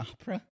opera